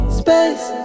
space